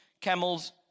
camels